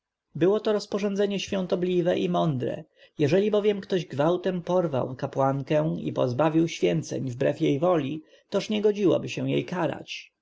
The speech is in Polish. było to rozporządzenie świątobliwe i mądre jeżeli bowiem ktoś gwałtem porwał kapłankę i pozbawił święceń wbrew jej woli toż nie godziłoby się jej karać